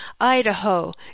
Idaho